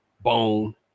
bone